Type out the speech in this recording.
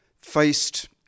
faced